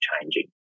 changing